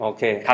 Okay